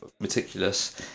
meticulous